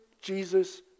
Jesus